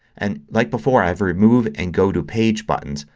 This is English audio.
and like before i have remove and go to page buttons.